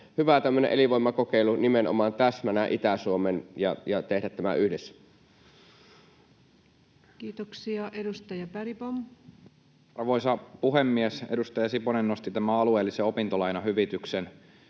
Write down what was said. elinvoimakokeilu nimenomaan täsmänä Itä-Suomeen, joka voitaisiin tehdä yhdessä? Kiitoksia. — Edustaja Bergbom. Arvoisa puhemies! Edustaja Siponen nosti tämän alueellisen opintolainahyvityksen